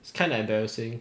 it's kind of embarrassing